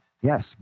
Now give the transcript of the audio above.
Yes